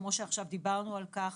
כמו שעכשיו דיברנו על כך